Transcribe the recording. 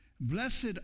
Blessed